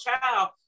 child